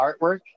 artwork